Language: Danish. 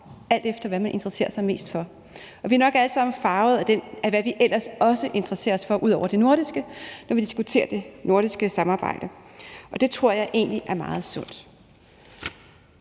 alt efter hvad man interesserer sig mest for. Vi er nok alle sammen farvet af, hvad vi ellers også interesserer os for ud over det nordiske, når vi diskuterer det nordiske samarbejde. Det tror jeg egentlig er meget sundt.